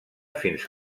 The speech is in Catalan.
fins